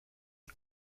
est